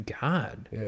god